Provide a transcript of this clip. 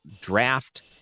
draft